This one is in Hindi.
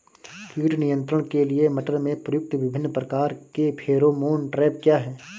कीट नियंत्रण के लिए मटर में प्रयुक्त विभिन्न प्रकार के फेरोमोन ट्रैप क्या है?